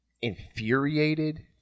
infuriated